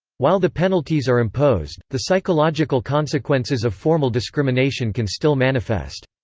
while the penalties are imposed, the psychological consequences of formal discrimination can still manifest.